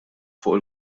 fuq